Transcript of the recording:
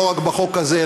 לא רק בחוק הזה,